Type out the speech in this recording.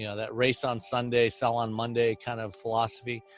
yeah that race on sunday, sell on monday kind of philosophy,